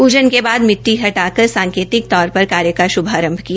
पूजन के बाद मिटटी हटाकर साकेतिक तौर पर कार्य का शुभारंभ किया